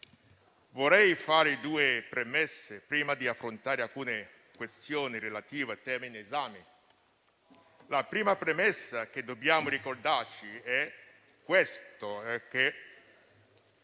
Vorrei fare due premesse prima di affrontare alcune questioni relative al tema in esame. La prima premessa che dobbiamo ricordarci, e questa è